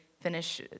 finish